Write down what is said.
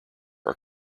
are